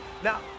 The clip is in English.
Now